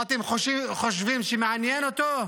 מה, אתם חושבים שמעניין אותו?